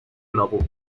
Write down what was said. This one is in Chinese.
俱乐部